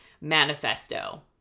manifesto